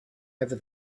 over